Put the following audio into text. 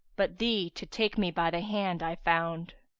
but thee to take me by the hand i found.